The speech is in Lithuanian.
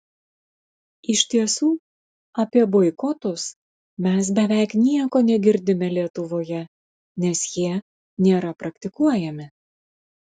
iš tiesų apie boikotus mes beveik nieko negirdime lietuvoje nes jie nėra praktikuojami